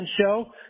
show